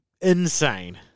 insane